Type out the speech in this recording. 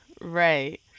Right